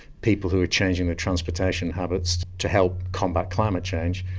people who changing their transportation habits to help combat climate change,